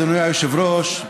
אדוני היושב-ראש,